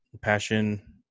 passion